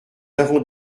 avons